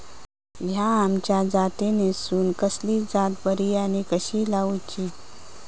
हया आम्याच्या जातीनिसून कसली जात बरी आनी कशी लाऊची?